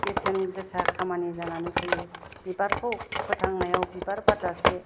बेसेन गोसा खामानि जानानै फैयो बिबारखौ फोथांनायाव बिबार बारजासे